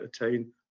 attain